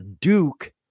Duke